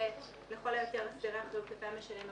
שיהיו לכל היותר הסדרי אחריות כלפי המשלם.